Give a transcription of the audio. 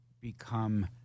become